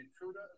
Intruder